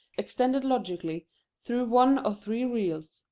extended logically through one or three reels,